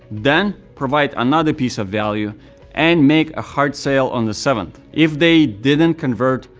then provide another piece of value and make a hard sale on the seventh. if they didn't convert,